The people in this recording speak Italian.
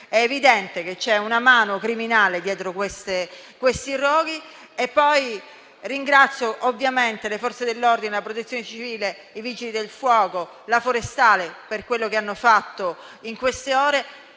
evidente che c'è una mano criminale dietro questi roghi. Ringrazio ovviamente le Forze dell'ordine, la Protezione civile, i Vigili del fuoco e la Guardia forestale per quello che hanno fatto in queste ore,